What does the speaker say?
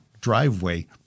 driveway